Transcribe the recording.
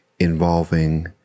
involving